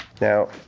Now